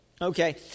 Okay